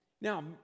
Now